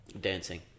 dancing